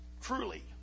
truly